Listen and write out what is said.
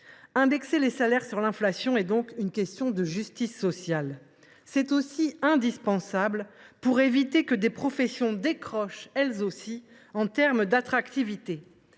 Indexer les salaires sur l’inflation est donc une question de justice sociale. C’est aussi une mesure indispensable pour éviter que des professions ne décrochent, elles aussi, en matière d’attractivité.